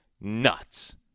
nuts